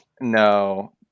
No